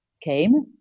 came